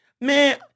Man